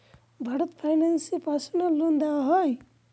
Bharat finance এ personal loan দেওয়া হয়?